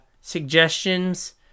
suggestions